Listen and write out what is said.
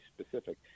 specific